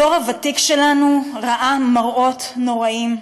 הדור הוותיק שלנו ראה מראות נוראים,